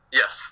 yes